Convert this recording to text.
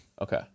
okay